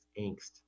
angst